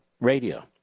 radio